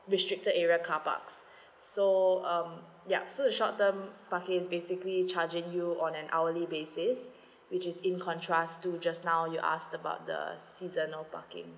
restricted area carparks so um yup so the short term parking is basically charging you on an hourly basis which is in contrast to just now you ask about the seasonal parking